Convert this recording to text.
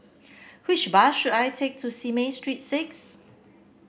which bus should I take to Simei Street Six